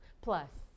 plus